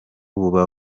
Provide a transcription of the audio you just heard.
buba